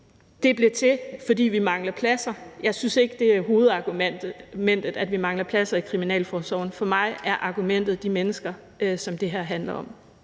Den blev til, fordi vi mangler pladser. Jeg synes ikke, det er hovedargumentet, at vi mangler pladser i kriminalforsorgen. For mig er argumentet de mennesker, som det her handler om.